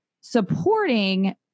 supporting